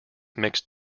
mixed